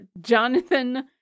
Jonathan